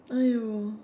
!aiyo!